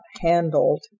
handled